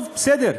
טוב, בסדר.